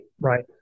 Right